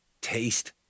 Taste